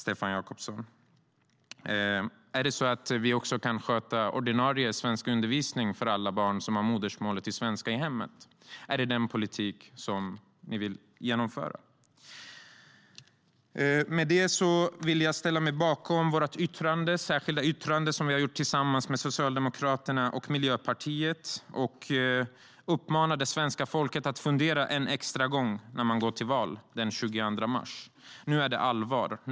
Kan vi sköta även ordinarie svenskundervisning för alla barn som har svenska som modersmål i hemmet? Är det den politiken ni vill genomföra? Jag vill också uppmana svenska folket att fundera en extra gång när de går till val den 22 mars. Nu är det allvar.